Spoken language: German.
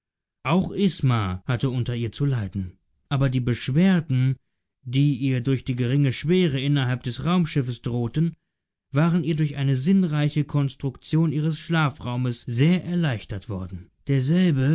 auch isma hatte unter ihr zu leiden aber die beschwerden die ihr durch die geringe schwere innerhalb des raumschiffes drohten waren ihr durch eine sinnreiche konstruktion ihres schlafraumes sehr erleichtert worden derselbe